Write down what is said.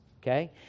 Okay